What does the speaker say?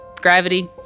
Gravity